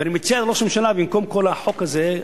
ואני מציע לראש הממשלה, במקום כל החוק הזה,